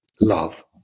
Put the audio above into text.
love